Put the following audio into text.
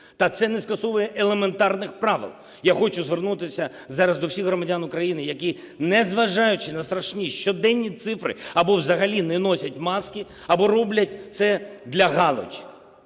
та це не скасовує елементарних правил. Я хочу звернутися зараз до всіх громадян України, які, незважаючи на страшні щоденні цифри, або взагалі не носять маски, або роблять це для "галочки".